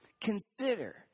Consider